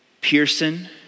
Pearson